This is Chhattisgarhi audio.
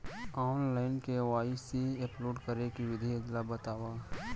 ऑनलाइन के.वाई.सी अपलोड करे के विधि ला बतावव?